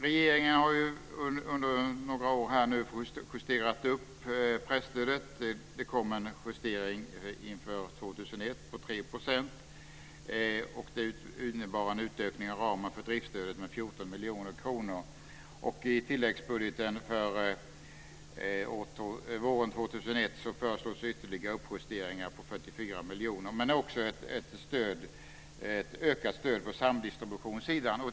Regeringen har under några år justerat upp pressstödet. Det kom en justering inför 2001 med 3 %. Det innebar en utökning av ramarna för driftsstödet med Man föreslog också ett ökat stöd på samdistributionssidan.